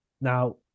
Now